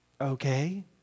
Okay